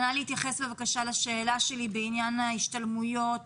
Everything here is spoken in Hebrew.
נא להתייחס בבקשה לשאלה שלי בעניין ההשתלמויות,